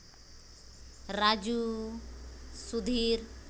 Raju Sudhir